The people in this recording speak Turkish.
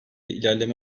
ilerleme